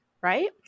right